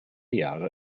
jahre